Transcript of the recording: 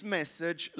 message